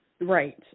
right